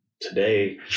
today